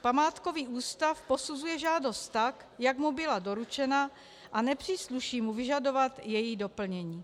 Památkový ústav posuzuje žádost tak, jak mu byla doručena, a nepřísluší mu vyžadovat její doplnění.